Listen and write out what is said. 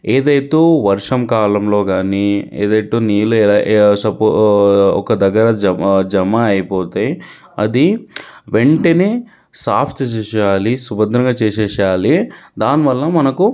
ఏదైతే వర్షం కాలంలో కానీ ఏదైతే నీళ్ళు సపోజ్ ఒక దగ్గర జమ జమ అయిపోతే అది వెంటనే సాఫ్ చేసేశేయాలి సుభద్రంగా చేసేశేయాలి దానివల్ల మనకు